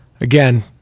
Again